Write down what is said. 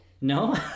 No